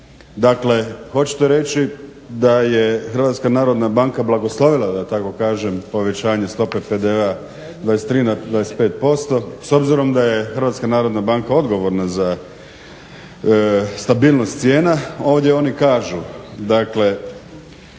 Dakle hoćete reći da je HNB blagoslovila da tako kažem povećanje stope PDV-a sa 23 na 25% s obzirom da je HNB odgovorna za stabilnost cijena ovdje oni kažu dakle